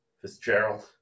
Fitzgerald